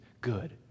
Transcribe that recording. good